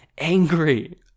angry